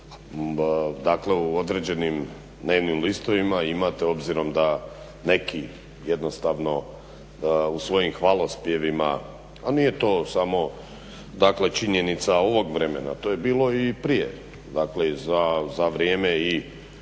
dakle u određenim dnevnim listovima imate obzirom da neki jednostavno u svojim hvalospjevima, a nije to samo činjenica ovog vremena, to je bilo i prije, dakle za vrijeme i